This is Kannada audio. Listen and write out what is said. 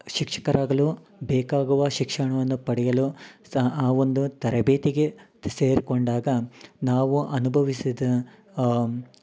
ಶಿಕ್ಷಕರಾಗಲು ಬೇಕಾಗುವ ಶಿಕ್ಷಣವನ್ನು ಪಡೆಯಲು ಸಾ ಆ ಒಂದು ತರಬೇತಿಗೆ ಸೇರ್ಕೊಂಡಾಗ ನಾವು ಅನುಭವಿಸಿದ